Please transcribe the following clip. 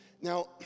Now